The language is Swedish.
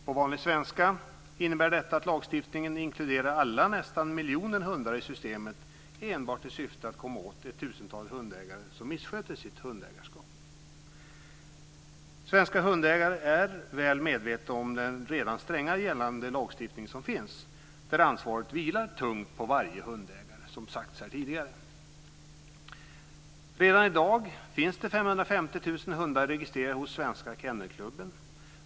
På vanlig svenska innebär detta att lagstiftningen inkluderar alla nästan miljonen hundar i systemet enbart i syfte att komma åt ett tusental hundägare som missköter sitt hundägarskap. Svenska hundägare är väl medvetna om den redan stränga gällande lagstiftning som finns där ansvaret vilar tungt på varje hundägare - som har sagts här tidigare. Redan i dag finns det 550 000 hundar registrerade hos Svenska Kennelklubben.